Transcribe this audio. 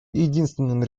единственным